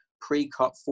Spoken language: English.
pre-cut